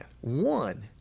One